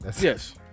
Yes